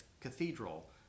cathedral